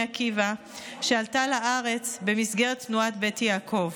עקיבא שעלתה לארץ במסגרת תנועת בית יעקב.